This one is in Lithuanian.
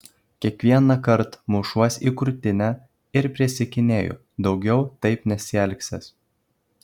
kiekvienąkart mušuos į krūtinę ir prisiekinėju daugiau taip nesielgsiąs